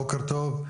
בוקר טוב.